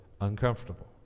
uncomfortable